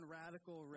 radical